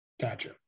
Gotcha